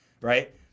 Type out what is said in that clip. right